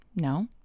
No